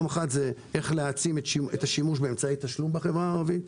איך להעצים את השימוש באמצעי תשלום בחברה הערבית,